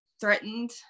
threatened